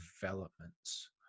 developments